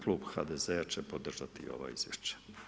Klub HDZ-a će podržati ova izvješća.